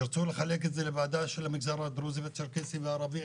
תרצו לחלק את זה לוועדה של המגזר הדרוזי והצ'רקסי והערבי,